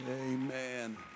Amen